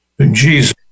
Jesus